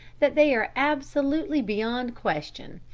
that they are absolutely beyond question,